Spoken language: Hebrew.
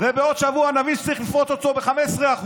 ובעוד שבוע נבין שצריך לפרוץ אותו ב-15%,